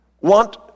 want